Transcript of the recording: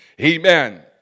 Amen